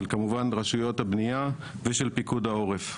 כמובן של רשויות הבנייה ושל פיקוד העורף.